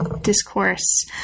discourse